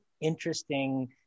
interesting